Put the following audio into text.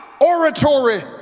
oratory